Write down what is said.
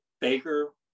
baker